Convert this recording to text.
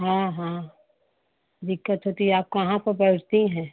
हाँ हाँ दिक्कत होती है आप कहाँ पे बैठती हैं